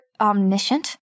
omniscient